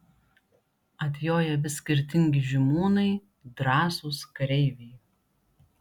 atjoja vis skirtingi žymūnai drąsūs kareiviai